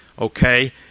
okay